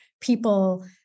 people